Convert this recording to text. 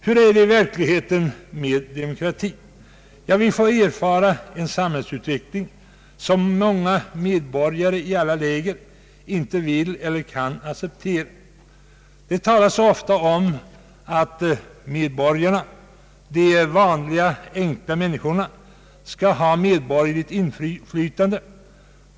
Hur är det i verkligheten med demokratin? Ja, vi får erfara en samhällsutveckling som många medborgare i olika läger inte vill eller kan acceptera. Det talas så ofta om att medborgarna, de vanliga enkla människorna, skall ha medborgerligt inflytande.